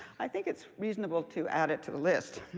i think it's reasonable to add it to the list.